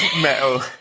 Metal